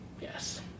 Yes